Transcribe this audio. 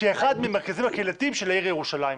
כאחד מהמרכזים הקהילתיים של העיר ירושלים.